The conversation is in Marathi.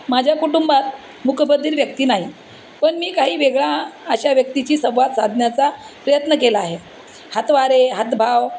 माझ्या कुटुंबात मुकबधीर व्यक्ती नाही पण मी काही वेगळा अशा व्यक्तीची संवाद साधण्याचा प्रयत्न केला आहे हातवारे हातभाव